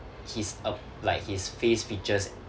his uh like his face features